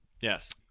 Yes